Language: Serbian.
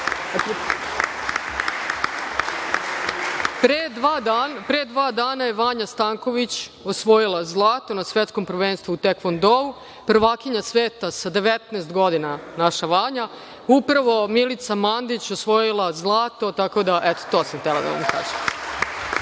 Pre dva dana je Vanja Stanković osvojila zlato na svetskom prvenstvu u tekvondou, prvakinja sveta sa 19 godina, naša Vanja. Upravo Milica Mandić osvojila je zlato i to sam htela da vam kažem.